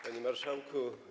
Panie Marszałku!